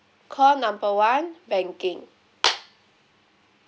call number one banking